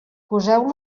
poseu